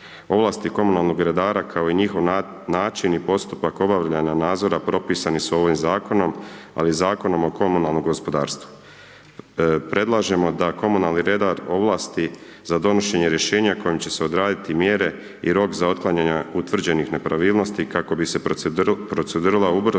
Ovlasti komunalnog redara, kao i njihov način i postupak obavljanja nadzora, propisani su ovim Zakonom, ali i Zakonom o komunalnom gospodarstvu. Predlažemo da komunalni redar ovlasti za donošenje rješenja kojim će se odrediti mjere i rok za otklanjanje utvrđenih nepravilnosti, kako bi se procedura ubrzala,